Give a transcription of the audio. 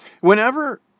Whenever